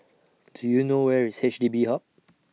Do YOU know Where IS H D B Hub